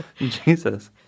Jesus